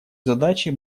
задачи